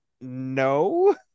no